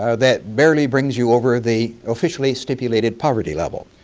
ah that barely brings you over the officially-stipulated poverty level.